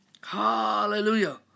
Hallelujah